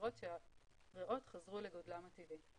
לראות שהריאות חזרו לגודלן הטבעי.